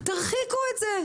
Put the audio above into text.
תרחיקו את זה.